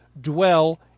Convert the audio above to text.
dwell